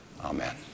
Amen